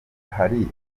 hari